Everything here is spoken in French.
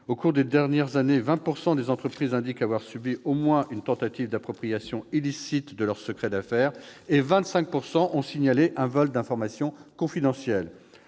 Au cours des dernières années, quelque 20 % des entreprises indiquent avoir subi au moins une tentative d'appropriation illicite de leurs secrets d'affaires, et 25 % d'entre elles ont signalé un vol d'informations confidentielles.